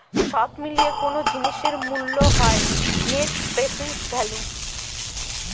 সব মিলিয়ে কোনো জিনিসের মূল্য হল নেট প্রেসেন্ট ভ্যালু